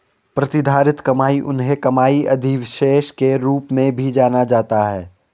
प्रतिधारित कमाई उन्हें कमाई अधिशेष के रूप में भी जाना जाता है